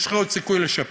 יש לך עוד סיכוי לשפר,